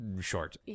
short